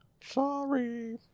Sorry